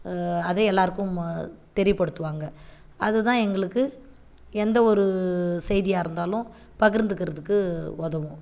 அதே எல்லாருக்கும் தெரியப்படுத்துவாங்க அது தான் எங்களுக்கு எந்தவொரு செய்தியாக இருந்தாலும் பகிர்ந்துக்கிறதுக்கு ஒதவும்